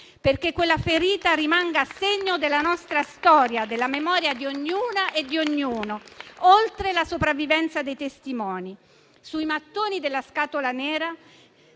perché quella ferita rimanga segno della nostra storia, della memoria di ognuna e di ognuno, oltre la sopravvivenza dei testimoni. Sui mattoni della scatola nera